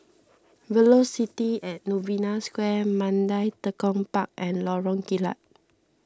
Velocity at Novena Square Mandai Tekong Park and Lorong Kilat